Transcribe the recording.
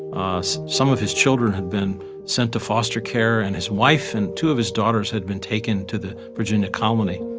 some of his children had been sent to foster care, and his wife and two of his daughters had been taken to the virginia colony.